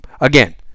Again